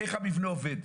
איך המבנה עובד,